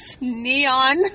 neon